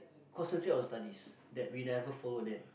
concentrate on studies that we never follow them